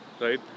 right